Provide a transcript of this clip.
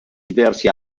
diversi